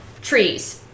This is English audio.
trees